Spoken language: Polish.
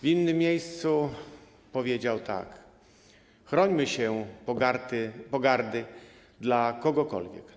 W innym miejscu powiedział tak: „Chrońmy się pogardy dla kogokolwiek.